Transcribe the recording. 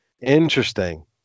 Interesting